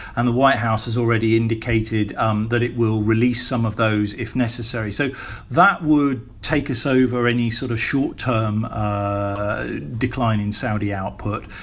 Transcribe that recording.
and the white house has already indicated um that it will release some of those, if necessary. so that would take us over any sort of short-term ah decline in saudi output.